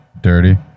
dirty